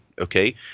okay